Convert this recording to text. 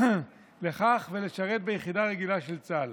לכך ולשרת ביחידה רגילה של צה"ל.